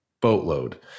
boatload